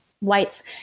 whites